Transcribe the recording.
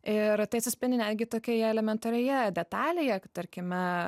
ir tai atsispindi netgi tokioje elementarioje detalėje tarkime